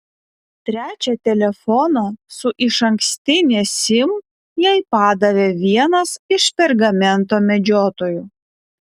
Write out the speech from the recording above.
trečią telefoną su išankstine sim jai padavė vienas iš pergamento medžiotojų